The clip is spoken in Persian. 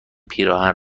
پیراهن